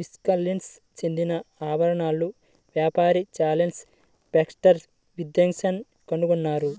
Wisconsin చెందిన ఆభరణాల వ్యాపారి చార్లెస్ బాక్స్టర్ విథింగ్టన్ కనుగొన్నారు